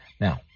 Now